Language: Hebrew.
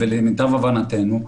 -- ולמיטב הבנתנו,